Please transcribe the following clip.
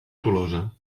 tolosa